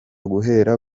guhera